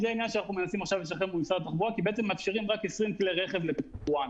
כי מאפשרים רק 20 כלי רכב ליבואן.